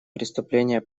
преступления